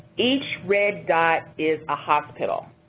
each red dot is a hospital.